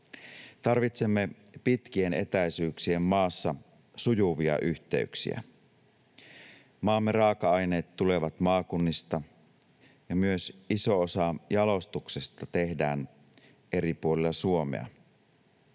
Tarvitsemme pitkien etäisyyksien maassa sujuvia yhteyksiä. Maamme raaka-aineet tulevat maakunnista, ja myös iso osa jalostuksesta tehdään eri puolilla Suomea.